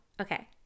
Okay